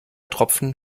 tropfen